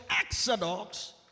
Exodus